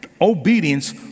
obedience